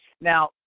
Now